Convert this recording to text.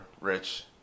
Rich